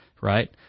right